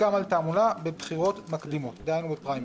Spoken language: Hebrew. גם על תעמולה בבחירות מקדימות." דהיינו בפריימריז.